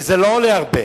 וזה לא עולה הרבה.